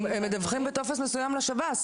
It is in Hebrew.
הם מדווחים בטופס מסוים לשב"ס.